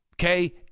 Okay